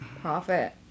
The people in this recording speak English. Profit